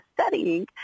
studying